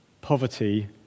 poverty